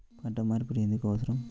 పంట మార్పిడి ఎందుకు అవసరం?